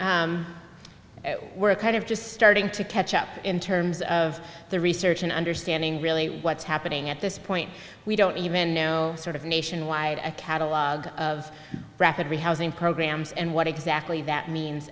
don't we're kind of just starting to catch up in terms of the research and understanding really what's happening at this point we don't even know sort of nationwide a catalogue of rapid rehousing programs and what exactly that means